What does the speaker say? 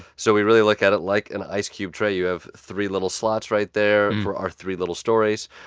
so we really look at it like an ice cube tray. you have three little slots right there for our three little stories.